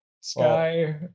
Sky